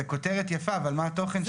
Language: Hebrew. זו כותרת יפה, אבל מה התוכן שלה?